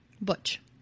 Butch